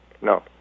No